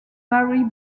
vary